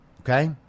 Okay